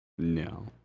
No